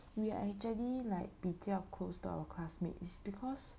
we are actually like 比较 close to our classmates is because